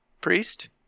priest